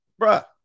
Bruh